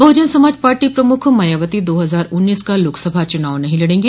बहुजन Samaj party प्रमख मायावती दो हजार उन्नीस का लोकसभा चुनाव नहीं लड़ेंगी